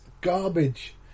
garbage